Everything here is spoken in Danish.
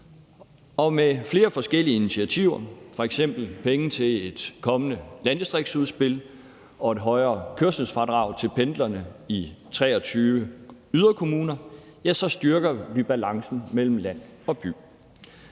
Og med flere forskellige initiativer, f.eks. penge til et kommende landdistriktsudspil og et højere kørselsfradrag til pendlerne i 23 yderkommuner, styrker vi balancen mellem land og by.